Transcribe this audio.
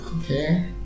Okay